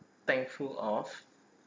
thankful of